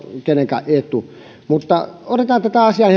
kenenkään etu mutta otetaan tätä asiaa